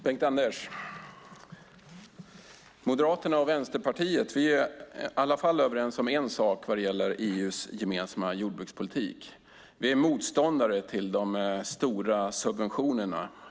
Herr talman! Moderaterna och Vänsterpartiet är överens om i alla fall en sak vad gäller EU:s gemensamma jordbrukspolitik. Vi är motståndare till de stora subventionerna.